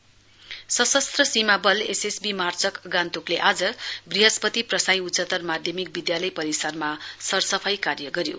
SSB सशस्त्र सीमा बल एसएसबी मार्चक गान्तोकले आज वृहस्पति प्रसाई उच्चतर माध्यमिक विद्यालय परिसरमा सरसफाई कार्य गऱ्यो